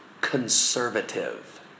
conservative